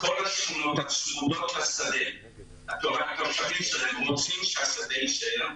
תושבים שדורשים שהשדה יישאר.